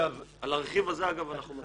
ומערכת שאין בה כמעט איזונים ובלמים.